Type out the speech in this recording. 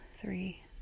three